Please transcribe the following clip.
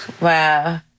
Wow